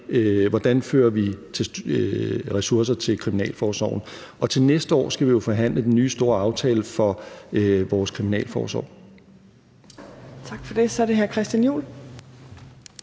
hvordan vi tilfører ressourcer til kriminalforsorgen. Og til næste år skal vi jo forhandle den nye store aftale for vores kriminalforsorg. Kl. 17:35 Fjerde næstformand